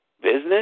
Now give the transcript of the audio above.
business